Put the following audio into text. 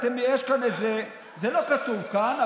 זה לא כתוב כאן,